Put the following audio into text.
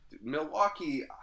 Milwaukee